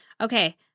Okay